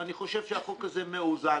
אני חושב שהחוק הזה מאוזן.